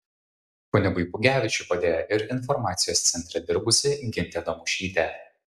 kunigui pugevičiui padėjo ir informacijos centre dirbusi gintė damušytė